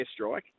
Airstrike